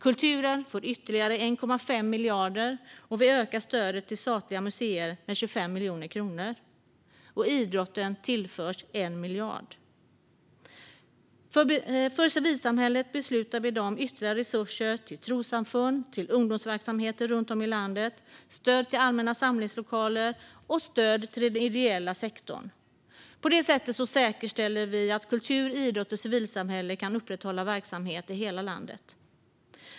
Kulturen får ytterligare 1,5 miljarder, och vi ökar stödet till statliga museer med 25 miljoner kronor. Idrotten tillförs 1 miljard kronor. För civilsamhället beslutar vi i dag om ytterligare resurser till trossamfund och till ungdomsverksamheter runt om i landet och om stöd till allmänna samlingslokaler och till den ideella sektorn. På det sättet säkerställer vi att kultur, idrott och civilsamhälle kan upprätthålla verksamhet i hela landet.